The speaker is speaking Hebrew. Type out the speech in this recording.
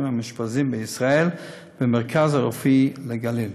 המאושפזים בישראל במרכז הרפואי "לגליל".